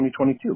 2022